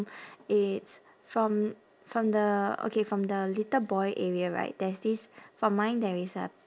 it's from from the okay from the little boy area right there's this for mine there is a